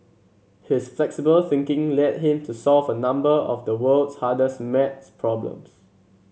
his flexible thinking led him to solve a number of the world's hardest maths problems